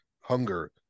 hunger